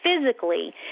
physically